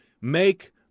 make